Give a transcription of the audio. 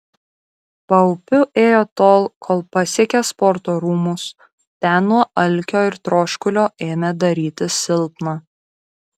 paupiu ėjo tol kol pasiekė sporto rūmus ten nuo alkio ir troškulio ėmė darytis silpna